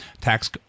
tax